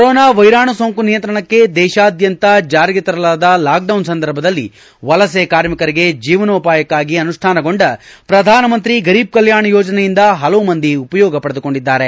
corona ವೈರಾಣು ಸೋಂಕು ನಿಯಂತ್ರಣಕ್ಕೆ ದೇಶಾದ್ಯಂತ ಜಾರಿಗೆ ತರಲಾದ ಲಾಕ್ಡೌನ್ ಸಂದರ್ಭದಲ್ಲಿ ವಲಸೆ ಕಾರ್ಮಿಕರಿಗೆ ಜೀವನೋಪಾಯಕ್ಕಾಗಿ ಅನುಷ್ಪಾನಗೊಂಡ ಪ್ರಧಾನಮಂತ್ರಿ ಗರೀಬ್ ಕಲ್ಟಾಣ ಯೋಜನೆಯಿಂದ ಪಲವು ಮಂದಿ ಉಪಯೋಗ ಪಡೆದುಕೊಂಡಿದ್ದಾರೆ